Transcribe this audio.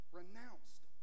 renounced